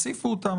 הציפו אותן.